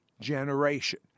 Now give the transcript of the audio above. generation